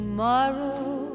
Tomorrow